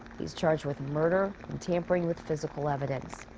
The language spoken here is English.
he's charged with murder and tampering with physical evidence.